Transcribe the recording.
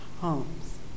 homes